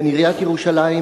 בין עיריית ירושלים,